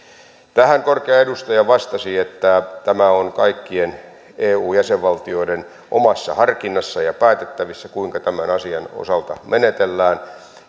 tähän korkea edustaja vastasi että tämä on kaikkien eu jäsenvaltioiden omassa harkinnassa ja päätettävissä kuinka tämän asian osalta menetellään